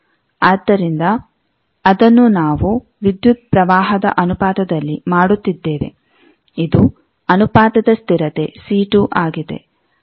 ಆದ್ದರಿಂದ ಅದನ್ನು ನಾವು ವಿದ್ಯುತ್ ಪ್ರವಾಹದ ಅನುಪಾತದಲ್ಲಿ ಮಾಡುತ್ತಿದ್ದೇವೆ ಇದು ಅನುಪಾತದ ಸ್ಥಿರತೆ C2 ಆಗಿದೆ